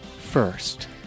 First